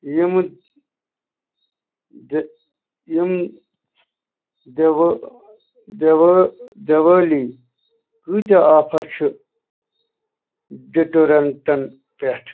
یمہِ دِ یِم دیوٲلی کۭتیاہ آفر چھِ ڈِٹوڈرٛنٛٹن پٮ۪ٹھ